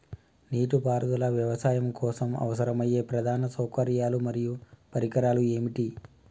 నీటిపారుదల వ్యవసాయం కోసం అవసరమయ్యే ప్రధాన సౌకర్యాలు మరియు పరికరాలు ఏమిటి?